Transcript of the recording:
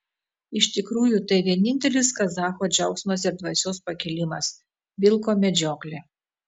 iš tikrųjų tai vienintelis kazacho džiaugsmas ir dvasios pakilimas vilko medžioklė